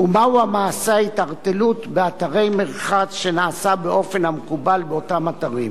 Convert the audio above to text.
ומהו מעשה התערטלות באתרי מרחץ שנעשה באופן המקובל באותם אתרים.